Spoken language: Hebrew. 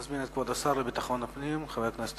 אני מזמין את כבוד השר לביטחון הפנים, חבר הכנסת